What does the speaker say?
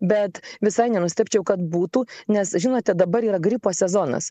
bet visai nenustebčiau kad būtų nes žinote dabar yra gripo sezonas